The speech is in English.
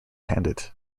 handed